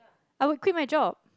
I would quit my job